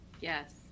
Yes